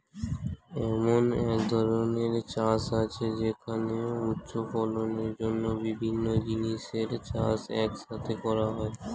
এমন এক ধরনের চাষ আছে যেখানে উচ্চ ফলনের জন্য বিভিন্ন জিনিসের চাষ এক সাথে করা হয়